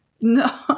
no